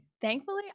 thankfully